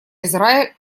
израиль